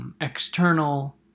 external